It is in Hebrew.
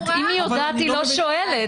אם היא יודעת, היא לא שואלת.